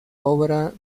obra